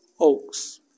Oaks